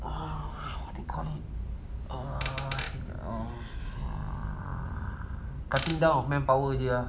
err what you call it err cutting down of manpower already ah